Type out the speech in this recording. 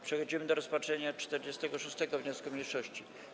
Przechodzimy do rozpatrzenia 46. wniosku mniejszości.